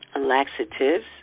Laxatives